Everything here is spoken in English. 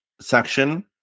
section